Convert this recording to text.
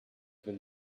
been